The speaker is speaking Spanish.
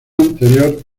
anterior